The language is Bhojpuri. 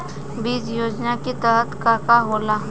बीज योजना के तहत का का होला?